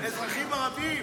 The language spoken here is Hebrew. אזרחים ערבים.